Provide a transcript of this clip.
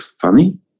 funny